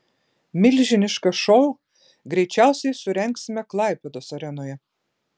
milžinišką šou greičiausiai surengsime klaipėdos arenoje